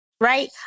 right